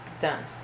done